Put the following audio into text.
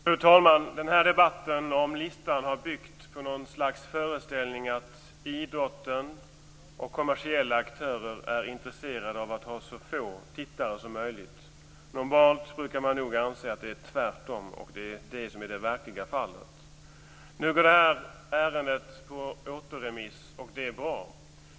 Fru talman! Debatten om listan har byggt på någon slags föreställning om att idrotten och kommersiella aktörer är intresserade av att ha så få tittare som möjligt. Normalt brukar man nog anser att det är tvärtom. Det är det som är det verkliga fallet. Nu går det här ärendet på återremiss, och det är bra.